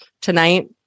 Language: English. Tonight